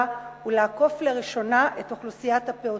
ולעקוף לראשונה את אוכלוסיית הפעוטות.